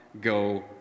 go